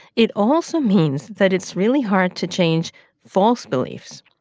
it also means that it's really hard to change false beliefs.